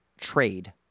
trade